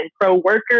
pro-worker